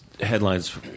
headlines